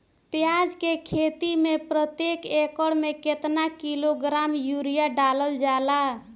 प्याज के खेती में प्रतेक एकड़ में केतना किलोग्राम यूरिया डालल जाला?